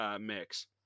mix